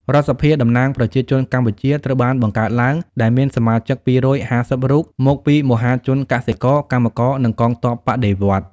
រដ្ឋសភាតំណាងប្រជាជនកម្ពុជាត្រូវបានបង្កើតឡើង ដែលមានសមាជិក ២៥០ រូប មកពីមហាជនកសិករ កម្មករ និងកងទ័ពបដិវត្តន៍។